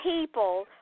people